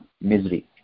misery